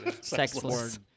Sexless